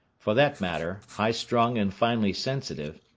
for that matter, high-strung and finely sensitive,